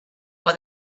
why